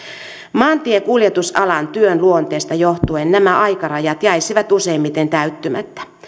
maantiekuljetusalan työn luonteesta johtuen nämä aikarajat jäisivät useimmiten täyttymättä